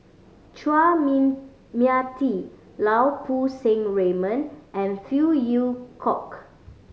Chua Mia Tee Lau Poo Seng Raymond and Phey Yew Kok